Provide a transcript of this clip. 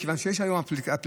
מכיוון שיש היום אפליקציות,